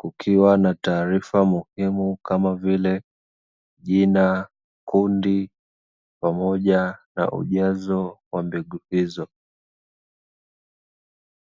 kukiwa na taarifa muhimu, kama vile; jina, kundi pamoja na ujazo wa mbegu hizo.